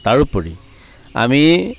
তাৰোপৰি আমি